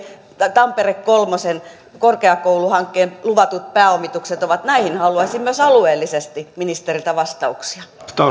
tampere kolmeen korkeakouluhankkeen luvatut pääomitukset ovat näihin haluaisin myös alueellisesti ministeriltä vastauksia